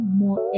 more